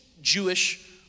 Jewish